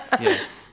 Yes